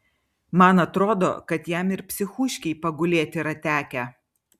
man atrodo kad jam ir psichūškėj pagulėt yra tekę